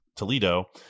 Toledo